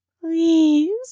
Please